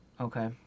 okay